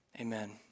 Amen